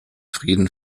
frieden